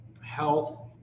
health